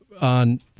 on